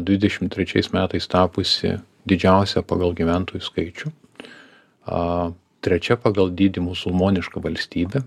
dvidešimt trečiais metais tapusi didžiausia pagal gyventojų skaičių trečia pagal dydį musulmoniška valstybė